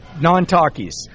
non-talkies